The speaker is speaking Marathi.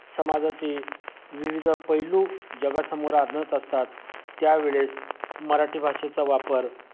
समाजाचे विविध पैलू जगासमोर आणत असतात त्यावेळेस मराठी भाषेचा वापर